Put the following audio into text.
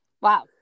wow